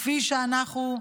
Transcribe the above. כפי שאנחנו,